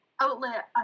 outlet